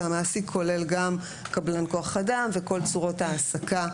המעסיק כולל קבלן כוח אדם וכל צורות העסקה,